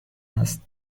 است